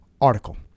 article